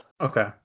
Okay